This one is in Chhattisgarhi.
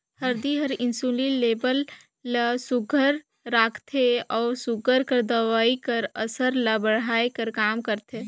हरदी हर इंसुलिन लेबल ल सुग्घर राखथे अउ सूगर कर दवई कर असर ल बढ़ाए कर काम करथे